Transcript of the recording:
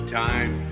time